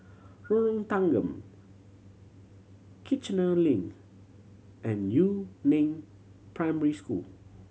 Lorong Tanggam Kiichener Link and Yu Neng Primary School